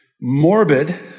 morbid